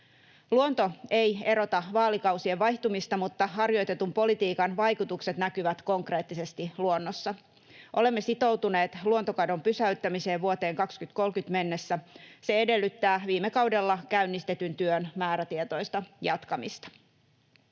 Luonto ei erota vaalikausien vaihtumista, mutta harjoitetun politiikan vaikutukset näkyvät konkreettisesti luonnossa. Olemme sitoutuneet luontokadon pysäyttämiseen vuoteen 2030 mennessä. Se edellyttää viime kaudella käynnistetyn työn määrätietoista jatkamista.